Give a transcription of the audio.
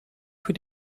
für